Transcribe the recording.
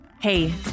Hey